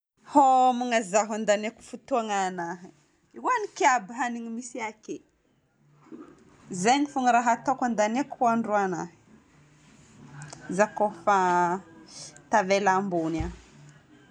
Homagna zaho handaniako fotoagna anahy. Hohagniko aby hanigny misy akeo. Zegny fôgna raha ataoko handaniako andro anahy. Zaho kofa tavela ambony any.